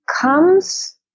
comes